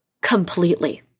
Completely